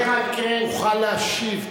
תוכל להשיב.